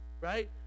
right